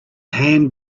hand